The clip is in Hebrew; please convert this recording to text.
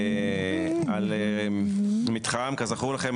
כזכור לכם,